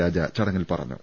രാജ ചടങ്ങിൽ പറഞ്ഞു